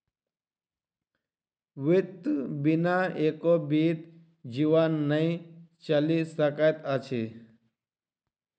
वित्त बिना एको बीत जीवन नै चलि सकैत अछि